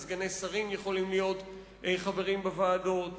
סגני שרים יכולים להיות חברים בוועדות,